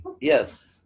Yes